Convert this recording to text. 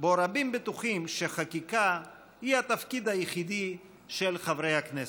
שבו רבים בטוחים שחקיקה היא התפקיד היחידי של חברי הכנסת.